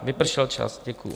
Vypršel čas, děkuji.